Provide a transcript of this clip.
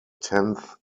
tenth